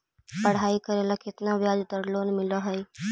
पढाई करेला केतना ब्याज पर लोन मिल हइ?